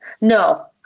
No